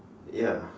ya